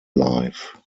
life